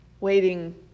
waiting